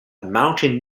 mountain